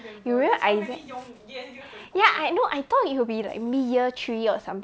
you remember isaac ya I know I thought it will be like mid year three or something